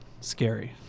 scary